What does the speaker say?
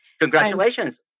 Congratulations